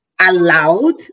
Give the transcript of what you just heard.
allowed